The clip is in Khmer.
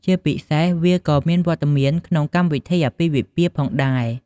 ជាពិសេសវាក៏មានវត្តមានក្នុង កម្មវិធីអាពាហ៍ពិពាហ៍ ផងដែរ។